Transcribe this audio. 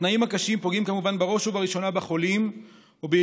התנאים הקשים פוגעים כמובן בראש ובראשונה בחולים וביעילות